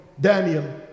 daniel